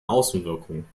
außenwirkung